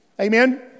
Amen